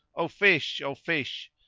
o fish! o fish!